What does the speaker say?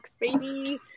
baby